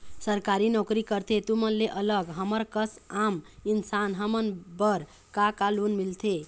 सरकारी नोकरी करथे तुमन ले अलग हमर कस आम इंसान हमन बर का का लोन मिलथे?